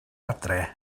adre